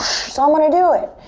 so i'm going to do it.